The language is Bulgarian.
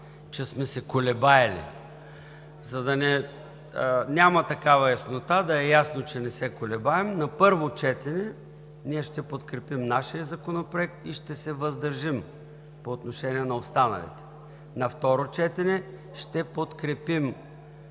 че сме се колебаели. За да няма такава яснота, за да е ясно, че не се колебаем – на първо четене ние ще подкрепим нашия законопроект и ще се въздържим по отношение на останалите. На второ четене ще подкрепим